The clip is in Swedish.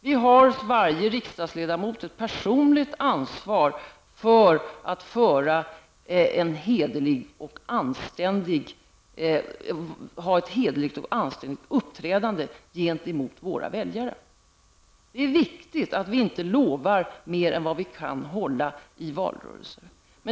Var och en av oss riksdagsledamöter har ett personligt ansvar för ett hederligt och anständigt uppträdande gentemot väljarna. Det är viktigt att vi inte lovar mer än vi kan hålla i en valrörelse.